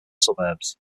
suburbs